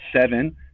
seven